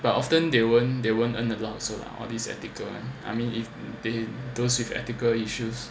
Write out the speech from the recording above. but often they won't they won't earn a lot also lah all these ethical I mean if they those with ethical issues